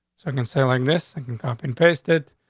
i'm gonna say, like this company based it.